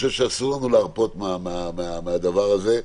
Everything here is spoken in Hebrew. אסור לנו להרפות מהדבר הזה.